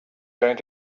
going